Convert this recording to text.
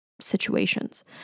situations